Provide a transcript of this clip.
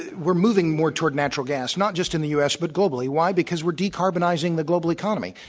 we're moving more toward natural gas, not just in the u. s, but globally. why? because we're de-carbonizing the global economy.